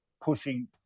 pushing